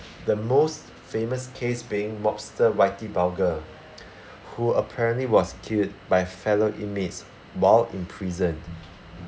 the most famous case being mobster whitey bulger who apparently was killed by fellow inmates while in prison